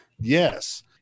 Yes